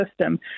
system